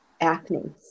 acne